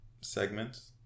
segments